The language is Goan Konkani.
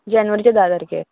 जेनवरीचे धा तारखेक